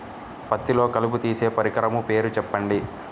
పత్తిలో కలుపు తీసే పరికరము పేరు చెప్పండి